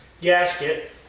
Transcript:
gasket